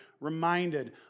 reminded